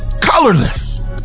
colorless